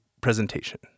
presentation